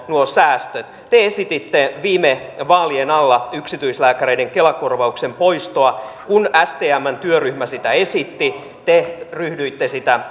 nuo säästöt te esititte viime vaalien alla yksityislääkäreiden kela korvauksen poistoa kun stmn työryhmä sitä esitti te ryhdyitte sitä